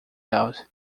out